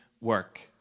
work